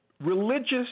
religious